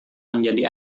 menjadi